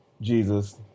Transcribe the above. Jesus